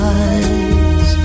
eyes